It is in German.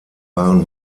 waren